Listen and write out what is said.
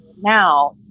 now